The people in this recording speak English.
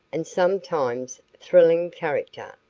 and sometimes thrilling character,